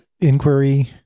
inquiry